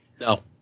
No